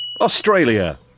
Australia